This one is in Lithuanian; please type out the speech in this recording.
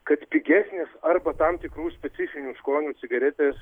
kad pigesnės arba tam tikrų specifinių skonių cigaretės